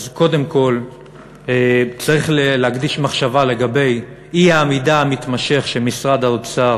קודם כול צריך להקדיש מחשבה לגבי האי-עמידה המתמשכת של משרד האוצר,